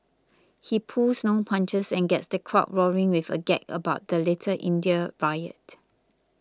he pulls no punches and gets the crowd roaring with a gag about the Little India riot